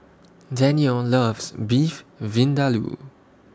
Danielle loves Beef Vindaloo